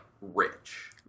rich